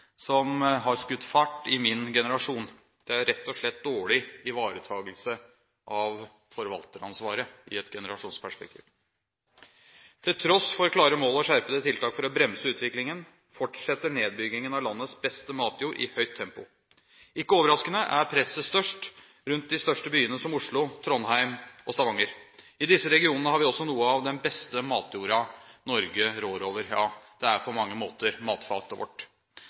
som har skutt fart i min generasjon. Det er rett og slett dårlig ivaretakelse av forvalteransvaret i et generasjonsperspektiv. Til tross for klare mål og skjerpede tiltak for å bremse utviklingen fortsetter nedbyggingen av landets beste matjord i høyt tempo. Ikke overraskende er presset størst rundt de største byene som Oslo, Trondheim og Stavanger. I disse regionene har vi også noe av den beste matjorda Norge rår over – ja det er på mange måter matfatet vårt.